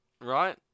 Right